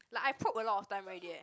like I probe a lot of time already eh